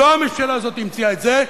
לא הממשלה הזאת המציאה את זה,